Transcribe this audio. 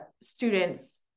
students